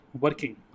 working